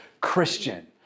Christian